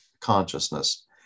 consciousness